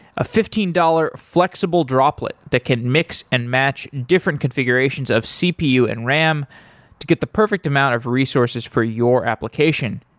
a fifteen dollars flexible droplet that can mix and match different configurations of cpu and ram to get the perfect amount of resources for your application.